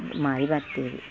ಮಾರಿ ಬರ್ತೇವೆ